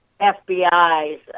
FBI's